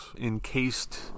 encased